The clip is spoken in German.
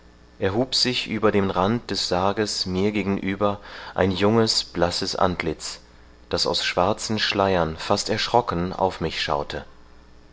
erhub sich über den rand des sarges mir gegenüber ein junges blasses antlitz das aus schwarzen schleiern fast erschrocken auf mich schaute